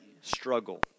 struggle